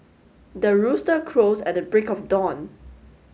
the rooster crows at the break of dawn